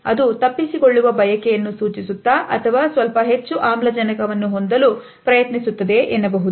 ಅದು ತಪ್ಪಿಸಿಕೊಳ್ಳುವ ಬಯಕೆಯನ್ನು ಸೂಚಿಸುತ್ತಾ ಅಥವಾ ಸ್ವಲ್ಪ ಹೆಚ್ಚು ಆಮ್ಲಜನಕವನ್ನು ಹೊಂದಲು ಪ್ರಯತ್ನಿಸುತ್ತದೆ ಎನ್ನಬಹುದು